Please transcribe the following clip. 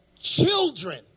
children